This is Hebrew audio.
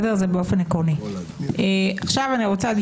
הצבעה לא